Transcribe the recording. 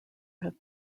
have